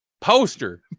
Poster